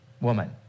woman